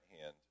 hand